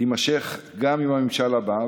תימשך גם עם הממשל הבא,